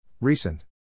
Recent